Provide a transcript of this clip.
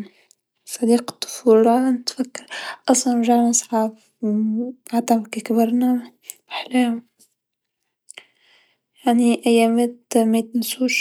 صديق الطفوله نتفكر أصلا رجعنا صحاب حتى دوك كي كبرنا ما احلاهم يعني أيامات مايتنسوش.